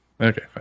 Okay